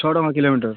ଛଅ ଟଙ୍କା କିଲୋମିଟର୍